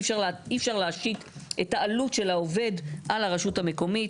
אי אפשר להשית את העלות של העובד על הרשות המקומית.